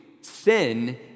sin